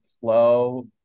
flow